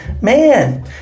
man